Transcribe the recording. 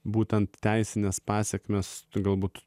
būtent teisines pasekmes tai galbūt